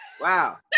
Wow